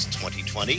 2020